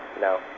No